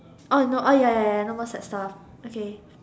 no ya ya ya no more sad stuff okay